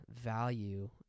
value